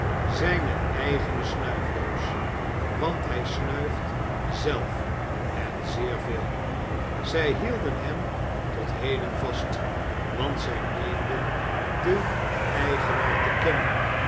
zijne eigene snuifdoos want hij snuift zelf en zeer veel zij hielden hem tot heden vast want zij meenden den eigenaar te kennen